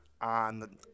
on